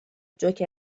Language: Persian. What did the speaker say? جوکر